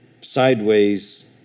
sideways